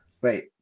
Wait